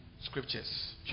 scriptures